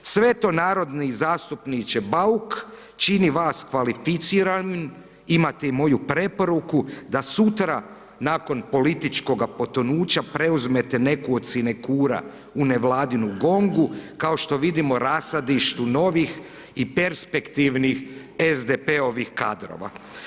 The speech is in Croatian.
Sve to narodni zastupniče Bauk čini vas kvalificiranim imati moju preporuku da sutra nakon političkoga potonuća preuzmete neku od sinekura u nevladinu gongu, kao što vidimo rasadišu novih i perspektivnih SDP-ovih kadrova.